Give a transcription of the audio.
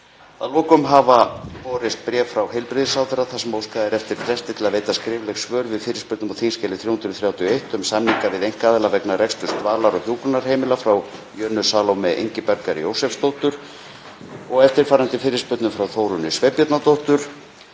Að lokum hafa borist bréf frá heilbrigðisráðherra þar sem óskað er eftir fresti til að veita skrifleg svör við fyrirspurn á þskj. 331, um samninga við einkaaðila vegna reksturs dvalar- og hjúkrunarheimila, frá Jönu Salóme Ingibjargar Jósepsdóttur, og eftirfarandi fyrirspurnum frá Þórunni Sveinbjarnardóttur;